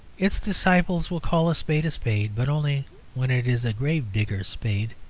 its disciples will call a spade a spade but only when it is a grave-digger's spade.